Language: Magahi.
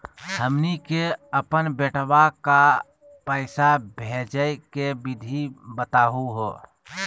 हमनी के अपन बेटवा क पैसवा भेजै के विधि बताहु हो?